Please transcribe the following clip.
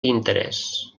interès